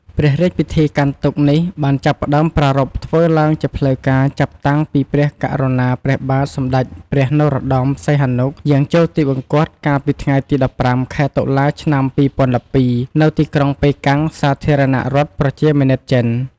ព្រះរាជពិធីកាន់ទុក្ខនេះបានចាប់ផ្ដើមប្រារព្ធធ្វើឡើងជាផ្លូវការចាប់តាំងពីព្រះករុណាព្រះបាទសម្ដេចព្រះនរោត្ដម សីហនុ យាងចូលទិវង្គតកាលពីថ្ងៃទី ១៥ ខែ តុលា ឆ្នាំ ២០១២ នៅទីក្រុងប៉េកាំង សាធារណរដ្ឋប្រជាមានិតចិន។